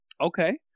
Okay